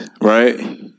Right